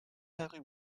parut